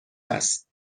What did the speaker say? است